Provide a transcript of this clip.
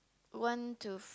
one to